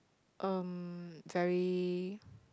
um very